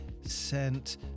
Sent